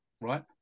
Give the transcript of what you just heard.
right